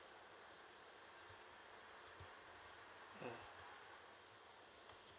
mm